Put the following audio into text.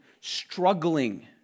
struggling